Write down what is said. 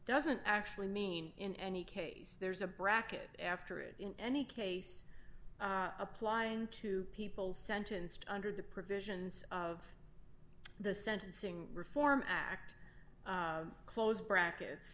doesn't actually mean in any case there's a bracket after it in any case applying to people sentenced under the provisions of the sentencing reform act close brackets